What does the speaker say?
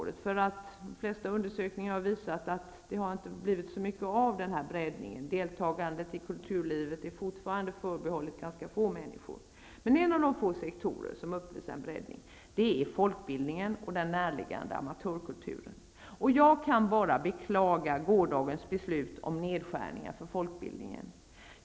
De flesta undersökningar har visat att det inte har blivit så mycket av breddningen av kulturlivet och att deltagandet i kulturlivet fortfarande är förbehållet ganska få människor, men en av de få sektorer som uppvisar en sådan breddning är folkbildningen och den närliggande amatörkulturen. Jag kan bara beklaga gårdagens beslut om nedskärningar för folkbildningen.